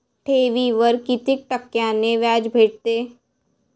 ठेवीवर कितीक टक्क्यान व्याज भेटते?